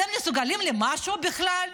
אתם מסוגלים למשהו בכלל?